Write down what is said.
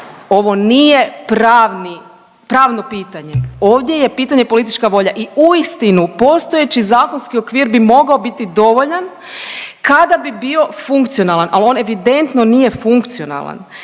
pravni, pravno pitanje ovdje je pitanje politička volja i uistinu postojeći zakonski okvir bi mogao biti dovoljan kada bi bio funkcionalan, ali on evidentno nije funkcionalan.